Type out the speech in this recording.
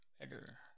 better